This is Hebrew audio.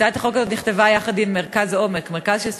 הצעת החוק הזאת נכתבה יחד עם "מרכז עומק",